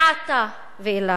מעתה ואילך,